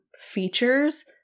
features